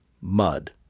mud